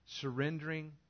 surrendering